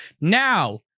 Now